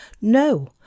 No